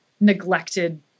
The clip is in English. neglected